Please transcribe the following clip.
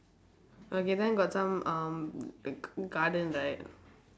okay then got some um g~ garden right